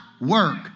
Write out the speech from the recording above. work